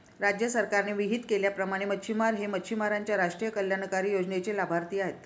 राज्य सरकारने विहित केल्याप्रमाणे मच्छिमार हे मच्छिमारांच्या राष्ट्रीय कल्याणकारी योजनेचे लाभार्थी आहेत